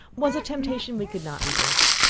was a temptation we could not resist.